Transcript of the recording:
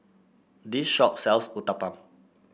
this shop sells Uthapam